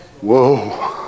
Whoa